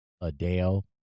Adele